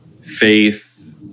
faith